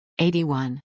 81